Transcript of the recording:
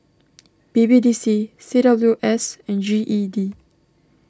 B B D C C W S and G E D